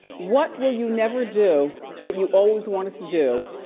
what will you never do that you always want us to do,